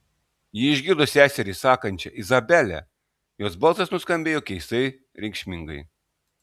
ji išgirdo seserį sakančią izabele jos balsas nuskambėjo keistai reikšmingai